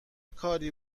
کاری